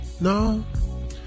no